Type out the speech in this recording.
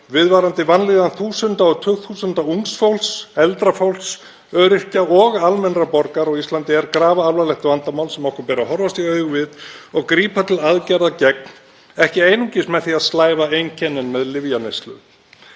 Viðvarandi vanlíðan þúsunda og tugþúsunda ungs fólks, eldra fólks, öryrkja og almennra borgara á Íslandi er grafalvarlegt vandamál sem okkur ber að horfast í augu við og grípa til aðgerða gegn, ekki einungis með því að slæva einkennin með lyfjaneyslu.